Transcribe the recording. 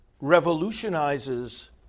revolutionizes